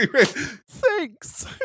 thanks